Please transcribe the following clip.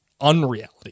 unreality